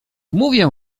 mówię